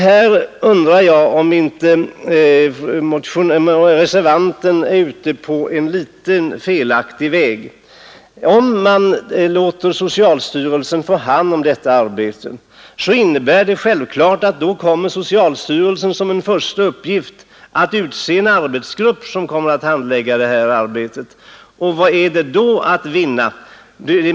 Jag undrar om inte reservanten är ute på en litet felaktig väg. Om man låter socialstyrelsen få hand om detta arbete, kommer socialstyrelsen självklart att utse en arbetsgrupp som får handlägga det arbetet. Vad vinner man då?